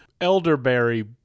elderberry